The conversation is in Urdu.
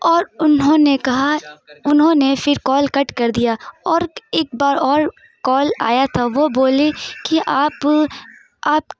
اور انہوں نے کہا انہوں نے پھر کال کٹ کر دیا اور ایک بار اور کال آیا تھا وہ بولے کہ آپ آپ